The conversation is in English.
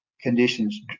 conditions